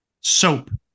Soap